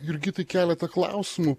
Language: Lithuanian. jurgitai keletą klausimų